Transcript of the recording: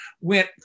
went